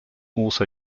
also